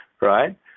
right